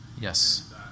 Yes